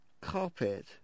Carpet